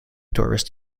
tourist